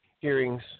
hearings